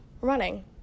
running